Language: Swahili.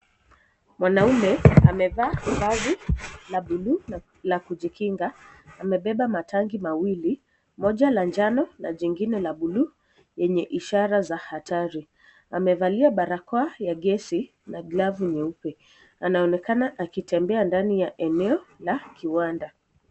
Mwanaume amevaa vazi la bluu la kujikinga. Amebeba matangi mawili, moja la njano na jingine la bluu yenye ishara za hatari. Amevalia barakoa ya gesi na glavu nyeupe. Anaonekana akitembea ndani ya eneo la kiwanda.